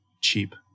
cheap